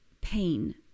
pain